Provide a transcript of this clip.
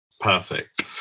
Perfect